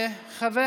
חבר